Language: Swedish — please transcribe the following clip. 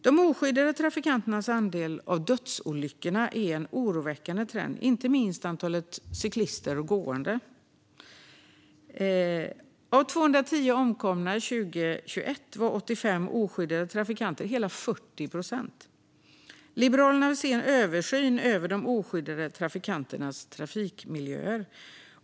De oskyddade trafikanternas andel av dödsolyckorna är en oroväckande trend, inte minst andelen cyklister och gående. Av 210 omkomna 2021 var 85 oskyddade trafikanter - hela 40 procent. Liberalerna vill se en översyn av de oskyddade trafikanternas trafikmiljöer.